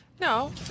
No